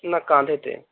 না কাঁধেতে